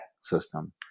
system